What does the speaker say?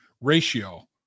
ratio